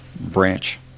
branch